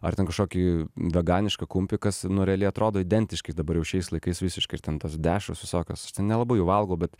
ar ten kažkokį veganišką kumpį kas nu realiai atrodo identiškai dabar jau šiais laikais visiškai ir ten tos dešros visokios nelabai jų valgau bet